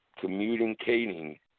communicating